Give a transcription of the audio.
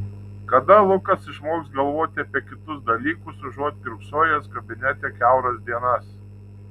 kada lukas išmoks galvoti apie kitus dalykus užuot kiurksojęs kabinete kiauras dienas